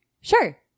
Sure